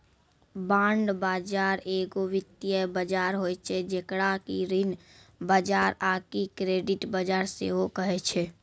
bond बजार एगो वित्तीय बजार होय छै जेकरा कि ऋण बजार आकि क्रेडिट बजार सेहो कहै छै